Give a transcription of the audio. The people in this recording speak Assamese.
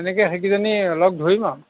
এনেকে সেইকেইজনী লগ ধৰিম আৰু